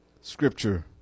scripture